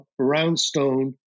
Roundstone